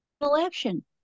election